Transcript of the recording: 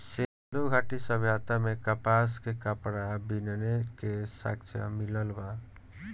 सिंधु घाटी सभ्यता में कपास के कपड़ा बीने के साक्ष्य मिलल बा